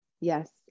Yes